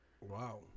Wow